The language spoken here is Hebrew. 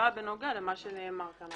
למה שנאמר כאן.